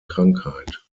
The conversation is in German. krankheit